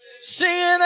singing